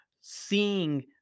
seeing